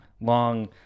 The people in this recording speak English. Long